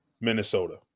Minnesota